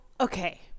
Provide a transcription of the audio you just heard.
okay